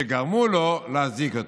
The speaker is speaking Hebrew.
שגרמו לי להזיק אתכם.